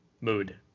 mood